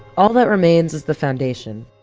all that remains is the foundation.